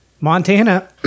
Montana